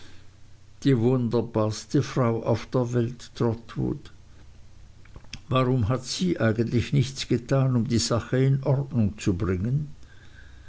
die wunderbarste frau auf der welt trotwood warum hat sie eigentlich nichts getan um die sache in ordnung zu bringen